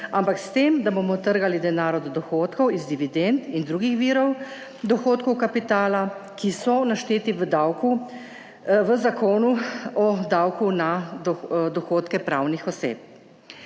ampak s tem, da bomo trgali denar od dohodkov iz dividend in drugih virov dohodkov, kapitala, ki so našteti v Zakonu o davku na dohodke pravnih oseb.